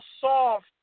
soft